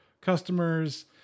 customers